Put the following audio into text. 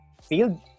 field